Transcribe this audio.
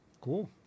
Cool